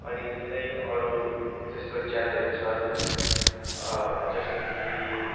अनि धेरै अरू त्यस्तो च्यानलहरू छ जस्तै कि